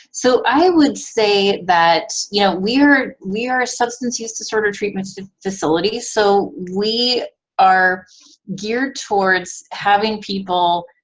so i would say that you know we're, we are substance use disorder treatment facilities so we are geared towards having people